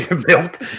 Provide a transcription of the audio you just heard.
milk